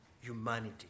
humanity